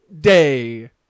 day